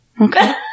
Okay